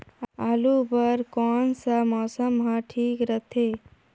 आलू बार कौन सा मौसम ह ठीक रथे?